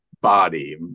body